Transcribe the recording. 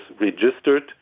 registered